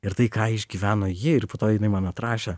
ir tai ką išgyveno ji ir po to jinai man atrašė